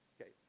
Okay